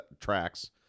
tracks